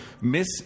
miss